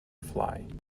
fly